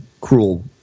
cruel